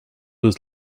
was